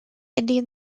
indian